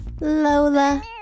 Lola